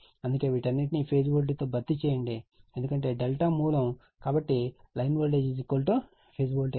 అందుకే వీటన్నింటిని phase voltage తో భర్తీ చేయండి ఎందుకంటే ∆ మూలం కాబట్టి లైన్ వోల్టేజ్ ఫేజ్ వోల్టేజ్